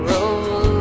Roll